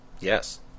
Yes